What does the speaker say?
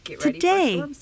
today